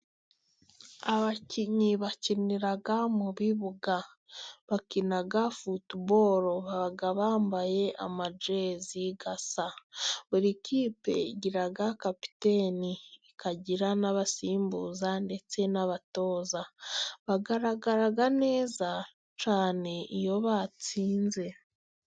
Abakinnyi bakinira mu bibuga bakina fotobolo bambaye amajezi asa. Buri kipe igira kapiteni ikagira n'abasimbura ndetse n'abatoza. Bagaragara neza cyane iyo batsinze.